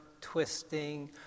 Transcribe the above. twisting